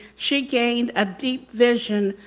she gained a deep vision,